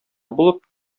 булып